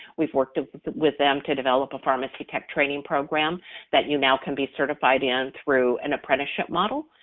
we've worked with them to develop a pharmacy tech training program that you now can be certified in through an apprenticeship model,